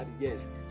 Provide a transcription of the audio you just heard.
Yes